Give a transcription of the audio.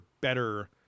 better